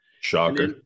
Shocker